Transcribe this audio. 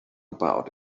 about